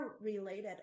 related